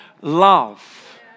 love